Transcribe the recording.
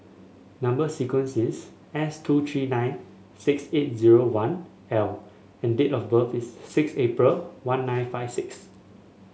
number sequence is S two three nine six eight zero one L and date of birth is six April one nine five six